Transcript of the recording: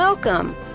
Welcome